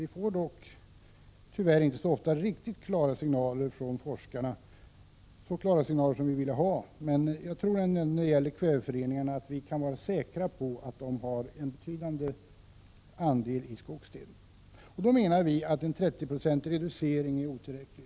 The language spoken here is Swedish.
Vi får dock tyvärr inte särskilt ofta så klara signaler som vi vill ha från forskarna. Men jag tror när det gäller kväveföreningarna att vi kan vara säkra på att dessa spelar en betydande roll när det gäller skogsdöden. Vi anser att en 30-procentig reducering är otillräcklig.